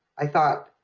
i thought,